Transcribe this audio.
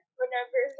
whenever